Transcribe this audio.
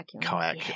kayak